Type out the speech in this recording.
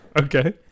Okay